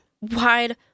wide